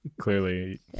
Clearly